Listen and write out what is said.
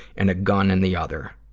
and a gun in the other.